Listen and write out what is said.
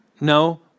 No